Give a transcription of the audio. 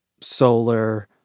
solar